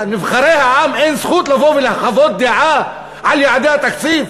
לנבחרי העם אין זכות לחוות דעה על יעדי התקציב,